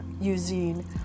using